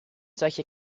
solche